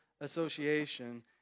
Association